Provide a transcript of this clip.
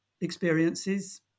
experiences